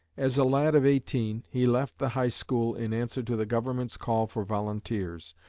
as a lad of eighteen, he left the high school in answer to the government's call for volunteers,